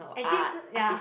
and jun sheng ya